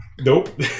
nope